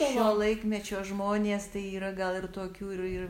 šio laikmečio žmonės tai yra gal ir tokių ir ir